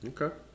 okay